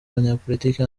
abanyapolitike